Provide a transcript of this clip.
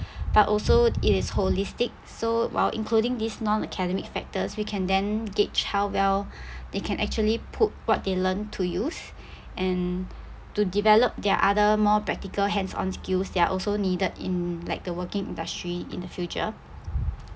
but also it is holistic so while including this non-academic factors we can then gauge how well they can actually put what they learned to use and to develop their other more practical hands on skills they're also needed in like the working industry in the future